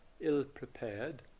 ill-prepared